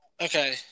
Okay